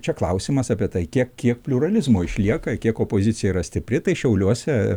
čia klausimas apie tai kiek kiek pliuralizmo išlieka kiek opozicija yra stipri šiauliuose